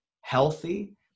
healthy